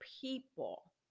people